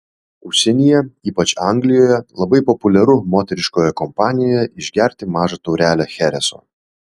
užsienyje ypač anglijoje labai populiaru moteriškoje kompanijoje išgerti mažą taurelę chereso